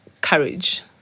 courage